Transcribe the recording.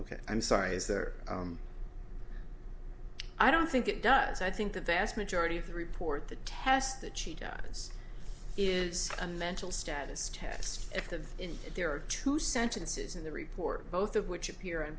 ok i'm sorry is there i don't think it does i think the vast majority of the report the test that she does is a mental status test if of and there are two sentences in the report both of which appear on